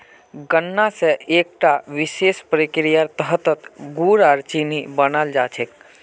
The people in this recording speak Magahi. गन्ना स एकता विशेष प्रक्रियार तहतत गुड़ आर चीनी बनाल जा छेक